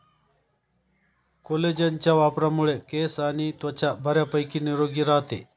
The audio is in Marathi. कोलेजनच्या वापरामुळे केस आणि त्वचा बऱ्यापैकी निरोगी राहते